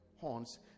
horns